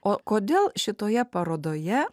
o kodėl šitoje parodoje